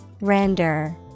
Render